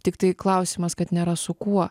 tiktai klausimas kad nėra su kuo